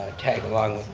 ah tag along.